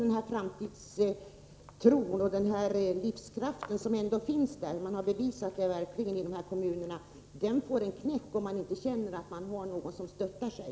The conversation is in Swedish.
Den framtidstro och livskraft som där ändå finns — det har man verkligen visat i dessa kommuner -— får sig en knäck om inte människorna känner att de har någon som stöttar dem.